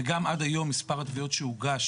וגם עד היום מספר התביעות שהוגש